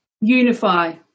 unify